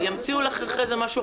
לא שימוש במידע פנים,